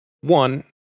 One